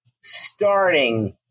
starting